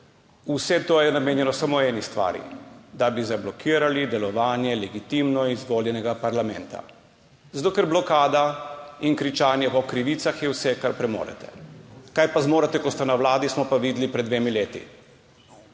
vse to je namenjeno samo eni stvari - da bi zablokirali delovanje legitimno izvoljenega parlamenta. Zato ker blokada in kričanje o krivicah je vse, kar premorete. Kaj pa zmorete, ko ste na vladi, smo pa videli pred dvema letoma.